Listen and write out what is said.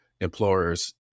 employers